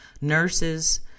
nurses